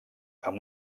amb